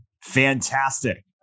Fantastic